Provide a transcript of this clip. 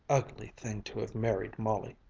ugly thing to have married molly,